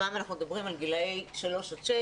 הפעם אנחנו מדברים על גילאי שלוש עד שש,